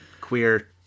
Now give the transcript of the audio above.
queer